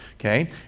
Okay